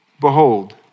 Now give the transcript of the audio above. Behold